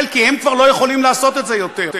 כי הם כבר לא יכולים לעשות את זה יותר.